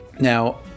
Now